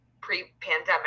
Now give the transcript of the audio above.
pre-pandemic